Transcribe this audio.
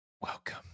Welcome